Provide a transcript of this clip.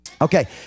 Okay